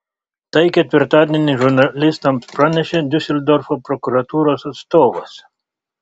tai ketvirtadienį žurnalistams pranešė diuseldorfo prokuratūros atstovas